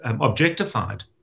objectified